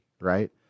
right